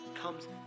comes